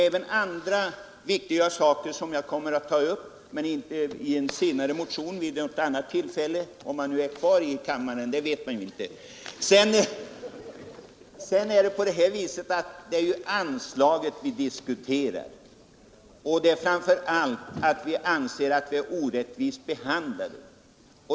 Även andra viktiga saker kommer jag att ta upp i en kommande motion vid ett senare tillfälle — om jag är kvar i kammaren då. Det är alltså anslaget vi diskuterar, och framför allt där anser vi oss orättvist behandlade.